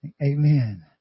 Amen